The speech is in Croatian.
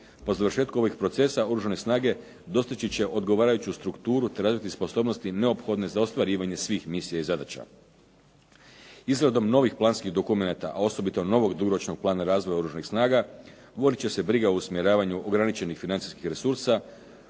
Po završetku ovog procesa Oružane snage dostići će odgovarajuću strukturu te razviti sposobnosti neophodne za ostvarivanje svih misija i zadaća. Izradom novih planskih dokumenata a osobito novog dugoročnog plana razvoja Oružanih snaga voditi će se briga o usmjeravanju ograničenih financijskih resursa